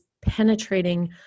penetrating